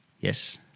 Yes